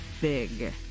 big